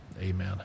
Amen